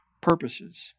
purposes